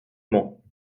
mans